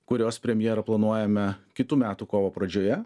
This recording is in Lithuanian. kurios premjerą planuojame kitų metų kovo pradžioje